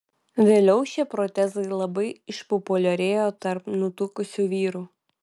vėliau šie protezai labai išpopuliarėjo tarp nutukusių vyrų